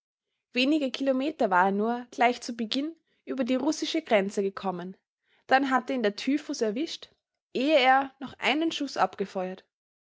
wenige kilometer war er nur gleich zu beginn über die russische grenze gekommen dann hatte ihn der typhus erwischt ehe er noch einen schuß abgefeuert